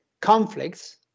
conflicts